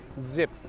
Zip